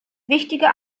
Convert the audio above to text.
wichtige